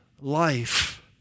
life